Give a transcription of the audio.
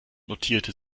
notierte